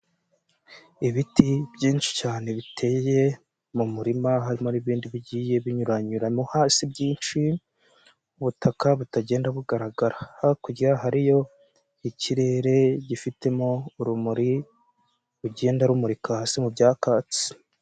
Ibiti byinshi cyane biteye mu murima, harimo n'ibindi bigiye binyuranyura no hasi byinshi. Ubutaka butagenda bugaragara, hakurya hariyo ikirere gifitemo urumuri rugenda rumurika hasi mu bya katsi.